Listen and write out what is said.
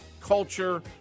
culture